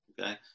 Okay